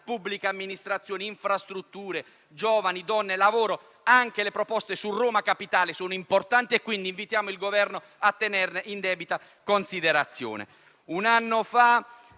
pubblica amministrazione, infrastrutture, giovani, donne, lavoro e anche le proposte su Roma Capitale), sono importanti. Quindi, invitiamo il Governo a tenerle in debita considerazione.